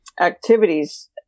activities